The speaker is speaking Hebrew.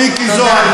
חבר הכנסת מיקי זוהר,